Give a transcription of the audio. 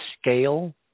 scale